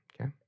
Okay